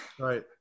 Right